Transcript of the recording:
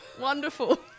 wonderful